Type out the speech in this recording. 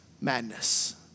madness